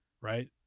Right